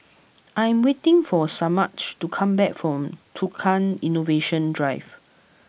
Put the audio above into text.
I am waiting for Semaj to come back from Tukang Innovation Drive